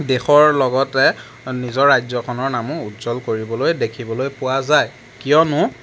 দেশৰ লগতে নিজৰ ৰাজ্যখনৰ নামো উজ্বল কৰিবলৈ দেখিবলৈ পোৱা যায় কিয়নো